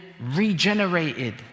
regenerated